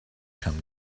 come